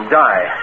die